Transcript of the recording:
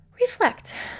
reflect